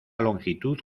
longitud